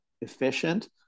efficient